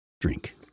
drink